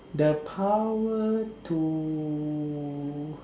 the power to